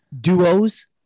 duos